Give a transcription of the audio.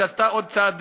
שעשתה עוד צעד